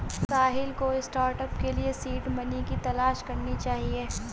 साहिल को स्टार्टअप के लिए सीड मनी की तलाश करनी चाहिए